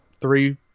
three